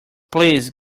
please